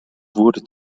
wurde